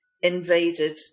invaded